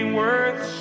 worth